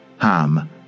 Ham